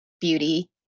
beauty